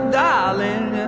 darling